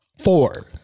Four